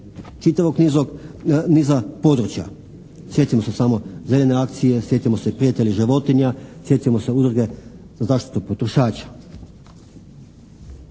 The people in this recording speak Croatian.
čitavog niza područja. Sjetimo se samo Zelene akcije, sjetimo se "Prijatelji životinja", sjetimo se Udruge za zaštitu potrošača.